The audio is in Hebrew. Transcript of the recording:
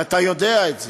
ואתה יודע את זה.